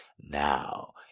Now